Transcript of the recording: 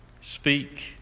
Speak